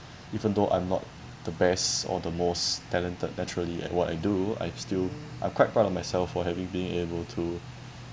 even though I'm not the best or the most talented naturally at what I do I still I'm quite proud of myself for having being able to